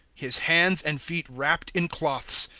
his hands and feet wrapped in cloths,